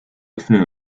öffnen